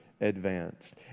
advanced